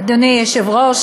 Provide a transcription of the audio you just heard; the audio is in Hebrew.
אדוני היושב-ראש,